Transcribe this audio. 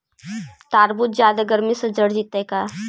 तारबुज जादे गर्मी से जर जितै का?